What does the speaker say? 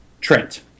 Trent